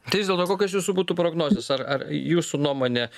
vis dėlto kokios jūsų būtų prognozės ar ar jūsų nuomone